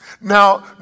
Now